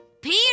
Peter